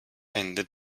ende